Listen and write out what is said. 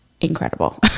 incredible